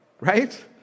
Right